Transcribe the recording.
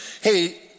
hey